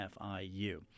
FIU